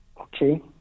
Okay